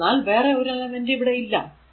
എന്തെന്നാൽ വേറെ ഒരു എലമെന്റ് ഇവിടെ ഇല്ല